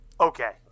okay